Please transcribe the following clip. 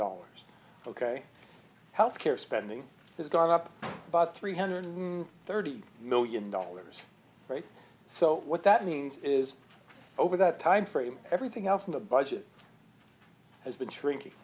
dollars ok health care spending has gone up about three hundred thirty million dollars so what that means is over that time frame everything else in the budget has been shrink